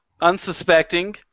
unsuspecting